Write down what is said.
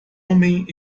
homem